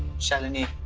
shalini